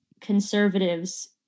conservatives